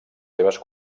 seves